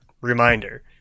reminder